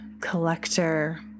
collector